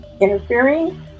interfering